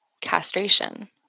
castration